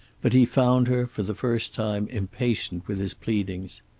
but he found her, for the first time, impatient with his pleadings.